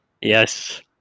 Yes